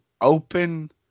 open